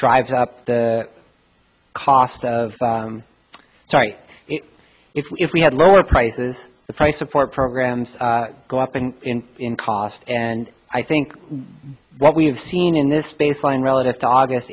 drives up the cost of sorry if we had lower prices the price support programs go up in cost and i think what we have seen in this baseline relative to august